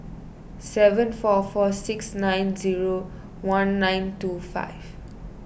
seven four four six nine zero one nine two five